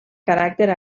caràcter